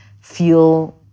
feel